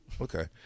Okay